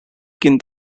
kill